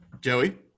Joey